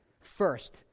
first